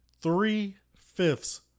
three-fifths